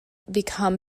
become